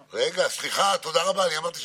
הערבים בעבור שכפ"צים בגלל הבריונות של